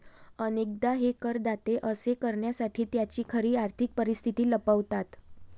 अनेकदा हे करदाते असे करण्यासाठी त्यांची खरी आर्थिक परिस्थिती लपवतात